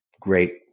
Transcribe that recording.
great